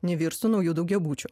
nevirstų nauju daugiabučiu